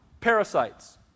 parasites